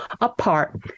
apart